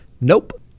nope